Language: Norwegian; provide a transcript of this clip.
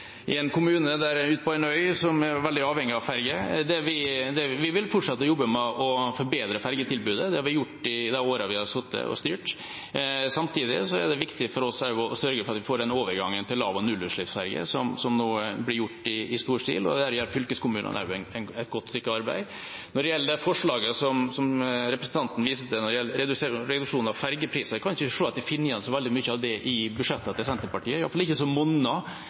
kommune ute på en øy som er veldig avhengig av ferge. Vi vil fortsette å jobbe med å forbedre fergetilbudet. Det har vi gjort i de årene vi har styrt. Samtidig er det viktig for oss å sørge for at vi får den overgangen til lav- og nullutslippsferger som nå blir gjort i stor stil, der fylkeskommunene også gjør et godt stykke arbeid. Når det gjelder det forslaget som representanten viste til om reduksjon av fergepriser, kan jeg ikke se at jeg finner igjen så veldig mye av det i budsjettet til Senterpartiet, i hvert fall ikke som monner i den sammenhengen. Så